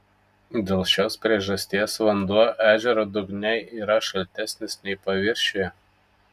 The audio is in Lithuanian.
dėl šios priežasties vanduo ežero dugne yra šaltesnis nei paviršiuje